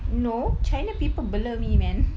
no china people bela me man